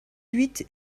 huit